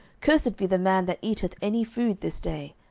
cursed be the man that eateth any food this day.